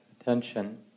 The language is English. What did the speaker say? attention